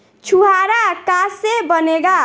छुआरा का से बनेगा?